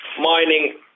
mining